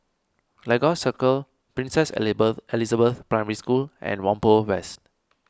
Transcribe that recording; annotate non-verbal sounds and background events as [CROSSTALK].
Lagos Circle Princess [UNINTELLIGIBLE] Elizabeth Primary School and Whampoa West